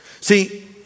See